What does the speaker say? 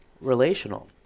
relational